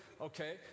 Okay